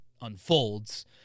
unfolds